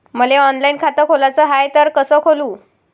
मले ऑनलाईन खातं खोलाचं हाय तर कस खोलू?